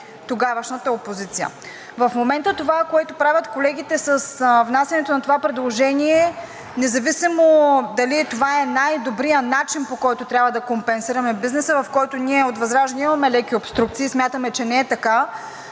тогавашната опозиция. В момента това, което правят колегите с внасянето на това предложение – независимо дали това е най-добрият начин, по който трябва да компенсираме бизнеса, в който ние от ВЪЗРАЖДАНЕ имаме леки обструкции, смятаме, че не е така,